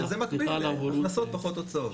שזה מקביל להכנסות פחות הוצאות.